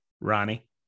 Ronnie